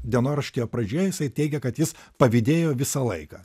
dienoraštyje pradžioje jisai teigia kad jis pavydėjo visą laiką